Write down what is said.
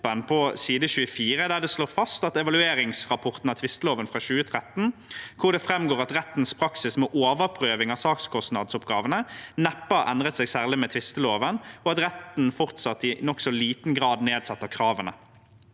der det slås fast at det i evalueringsrapporten av tvisteloven fra 2013 framgår at rettens praksis med overprøving av sakskostnadsoppgavene neppe har endret seg særlig med tvisteloven, og at retten fortsatt i nokså liten grad nedsetter kravene.